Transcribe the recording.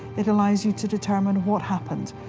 it allows you to determine what happened.